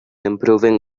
improving